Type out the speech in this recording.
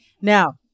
Now